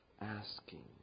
asking